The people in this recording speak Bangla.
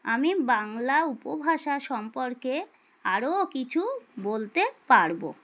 আমি বাংলা উপভাষা সম্পর্কে আরও কিছু বলতে পারবো